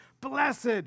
Blessed